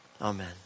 Amen